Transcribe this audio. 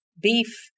beef